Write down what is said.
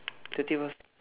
thirty for